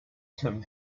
tim